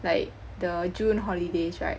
like the June holidays right